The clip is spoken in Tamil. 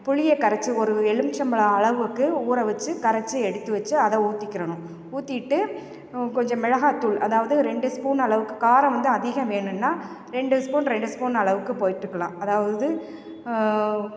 புளியை கரைத்து ஒரு எலுமிச்சம்பழம் அளவுக்கு ஊற வச்சு கரைத்து எடுத்து வச்சு அதை ஊற்றிக்கிறணும் ஊற்றிட்டு கொஞ்சம் மிளகாய்தூள் அதாவது ரெண்டு ஸ்பூன் அளவுக்குக் காரம் வந்து அதிகம் வேணுன்னால் ரெண்டு ஸ்பூன் ரெண்டு ஸ்பூன் அளவுக்குப் போட்டுக்கலாம் அதாவது